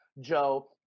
Joe